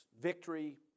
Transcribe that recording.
victory